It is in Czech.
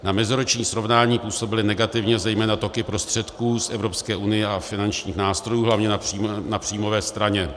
Na meziroční srovnání působily negativně zejména toky prostředků z Evropské unie a finančních nástrojů, hlavně na příjmové straně.